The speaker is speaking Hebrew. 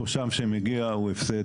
תושב שמגיע הוא הפסד.